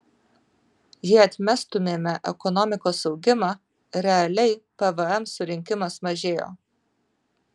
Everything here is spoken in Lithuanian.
jei atmestumėme ekonomikos augimą realiai pvm surinkimas mažėjo